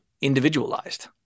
individualized